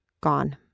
gone